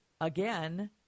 again